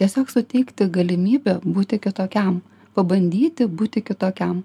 tiesiog suteikti galimybę būti kitokiam pabandyti būti kitokiam